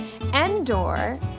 Endor